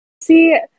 See